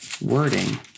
wording